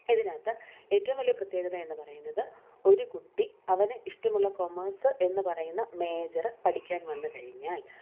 ഇതിനകത്ത് ഏറ്റവും വലിയ പ്രത്യേകത എന്ന് പറയുന്നത് ഒരു കുട്ടി അവന് ഇഷ്ടമുള്ള കോമേഴ്സ് എന്ന് പറയുന്ന മേജറ് പഠിക്കാൻ വന്നു കഴിഞ്ഞാൽ